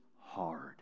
hard